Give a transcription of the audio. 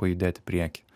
pajudėt į priekį